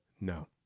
no